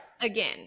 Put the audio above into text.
Again